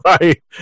right